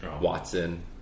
Watson